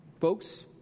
Folks